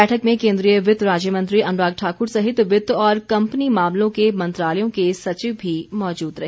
बैठक में केन्द्रीय वित्त राज्यमंत्री अनुराग ठाकुर सहित वित्त और कंपनी मामलों के मंत्रालयों के सचिव भी मौजूद रहे